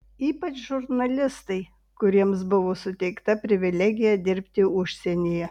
ypač žurnalistai kuriems buvo suteikta privilegija dirbti užsienyje